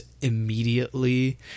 immediately